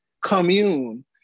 commune